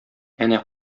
әнә